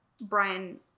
Brian